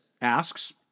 asks